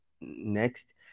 next